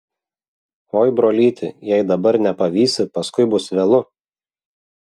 oi brolyti jei dabar nepavysi paskui bus vėlu